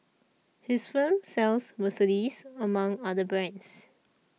his firm sells Mercedes among other brands